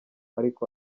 ariko